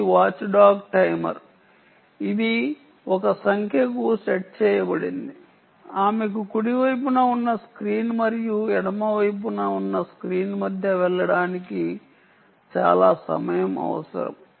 ఇది watchdog timer ఇది ఒక సంఖ్యకు సెట్ చేయబడింది ఆమెకు కుడి వైపున ఉన్న స్క్రీన్ మరియు ఎడమ వైపున ఉన్న స్క్రీన్ మధ్య వెళ్ళడానికి చాలా సమయం అవసరం